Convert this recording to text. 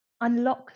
unlock